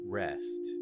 rest